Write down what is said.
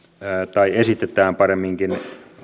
tai esitetään paremminkin